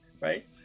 right